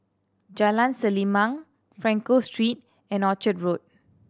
Jalan Selimang Frankel Street and Orchard Road